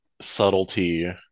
subtlety